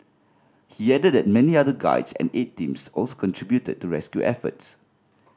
he added that many other guides and aid teams also contributed to rescue efforts